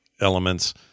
elements